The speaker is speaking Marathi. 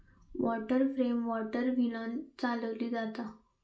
वॉटर फ्रेम वॉटर व्हीलांन चालवली जाता